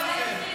הנציג שלכם.